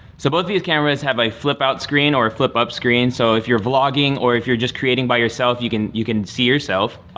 so both of these cameras have a flip-out screen or a flip-up screen. so if you're vlogging or if you're just creating by yourself you can you can see yourself.